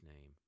name